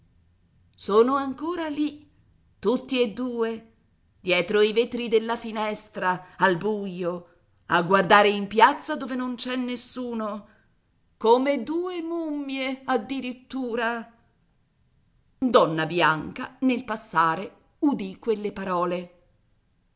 sono ancora lì tutti e due dietro i vetri della finestra al buio a guardare in piazza dove non c'è nessuno come due mummie addirittura donna bianca nel passare udì quelle parole